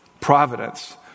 Providence